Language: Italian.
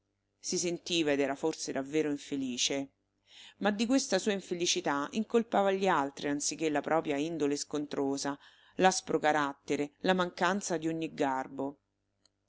si sentiva ed era forse davvero infelice ma di questa sua infelicità incolpava gli altri anziché la propria indole scontrosa l'aspro carattere la mancanza di ogni garbo